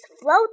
float